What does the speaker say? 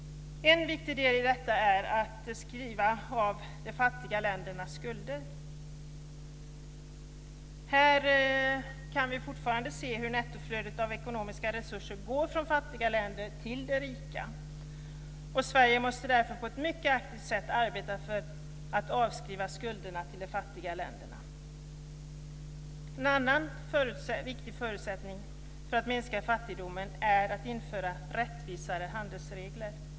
En viktig del är att skriva av de fattiga ländernas skulder. Här kan vi fortfarande se hur nettoflödet av ekonomiska resurser går från fattiga länder till rika. Sverige måste därför på ett mycket aktivt sätt arbeta för att avskriva skulderna för de fattiga länderna. En annan viktig förutsättning för att minska fattigdomen är att införa rättvisare handelsregler.